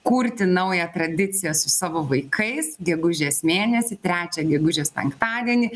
kurti naują tradiciją su savo vaikais gegužės mėnesį trečią gegužės penktadienį